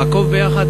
לעקוב ביחד,